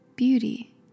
Beauty